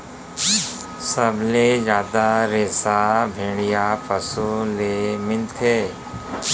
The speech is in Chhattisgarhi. सबले जादा रेसा भेड़िया पसु ले मिलथे